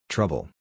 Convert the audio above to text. Trouble